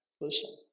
listen